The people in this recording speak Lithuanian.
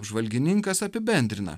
apžvalgininkas apibendrina